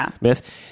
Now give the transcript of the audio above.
myth